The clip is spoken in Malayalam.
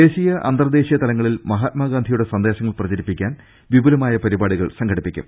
ദേശീയ അന്തർദേശീയ തലങ്ങളിൽ മഹാത്മാഗാന്ധിയുടെ സന്ദേശങ്ങൾ പ്രചരിപ്പിക്കാൻ വിപ്പുലമായ പരിപാടികൾ സംഘടി പ്പിക്കും